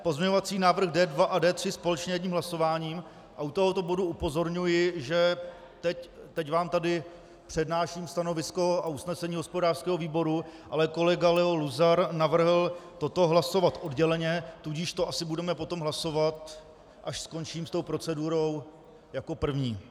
Pozměňovací návrh D2 a D3 společně jedním hlasováním a u tohoto bodu upozorňuji, že teď vám tady přednáším stanovisko a usnesení hospodářského výboru, ale kolega Leo Luzar navrhl toto hlasovat odděleně, tudíž to asi budeme potom hlasovat, až skončím s procedurou, jako první.